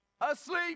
asleep